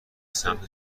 سمت